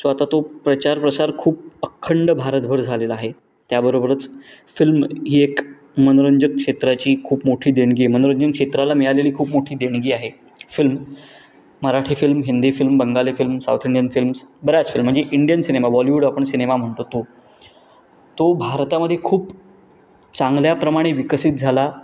so आता तो प्रचार प्रसार खूप अखंड भारतभर झालेला आहे त्याबरोबरच फिल्म ही एक मनोरंजक क्षेत्राची खूप मोठी देणगी मनोरंजन क्षेत्राला मिळालेली खूप मोठी देणगी आहे film Marathi film Hindi film Bengali film south Indian films बऱ्याच फिल्म म्हणजे इंडियन सिनेमा बॉलीवूड आपण सिनेमा म्हणतो तो तो भारतामध्ये खूप चांगल्याप्रमाणे विकसित झाला